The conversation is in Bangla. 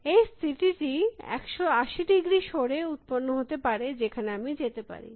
এই স্থিতিটি 180 ডিগ্রী সরে উত্পন্ন হতে পারে যেখানে আমি যেতে পারি